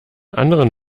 anderen